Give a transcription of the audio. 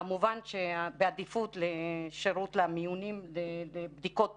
כמובן שבעדיפות לשירות למיונים ולבדיקות דחופות,